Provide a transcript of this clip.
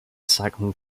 cycling